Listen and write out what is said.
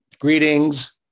Greetings